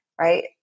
right